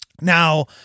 Now